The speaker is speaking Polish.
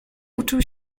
uczył